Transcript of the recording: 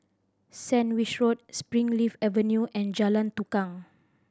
Sandwich Road Springleaf Avenue and Jalan Tukang